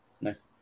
Nice